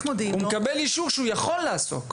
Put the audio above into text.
הוא מקבל אישור שהוא יכול לעסוק.